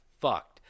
fucked